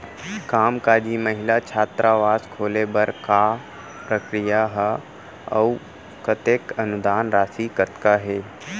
कामकाजी महिला छात्रावास खोले बर का प्रक्रिया ह अऊ कतेक अनुदान राशि कतका हे?